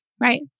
right